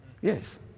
Yes